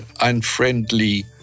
unfriendly